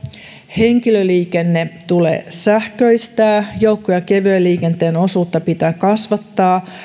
henkilöliikenne tulee sähköistää joukko ja kevyen liikenteen osuutta pitää kasvattaa